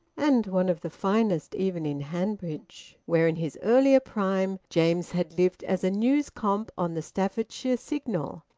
and one of the finest even in hanbridge, where, in his earlier prime, james had lived as a news comp on the staffordshire signal.